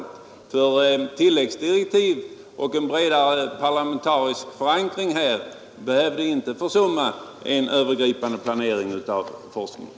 Tilläggsdirektiv och en bredare parlamentarisk förankring behöver inte betyda försummandet av en övergripande planering av forskningen.